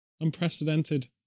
unprecedented